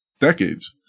decades